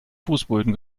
fußböden